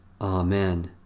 Amen